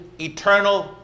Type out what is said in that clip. eternal